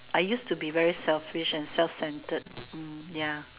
I used to be very selfish and self centered mm ya